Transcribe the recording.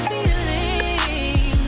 Feeling